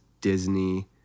Disney